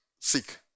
seek